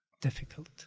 difficult